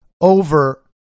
over